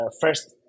first